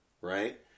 right